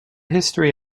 history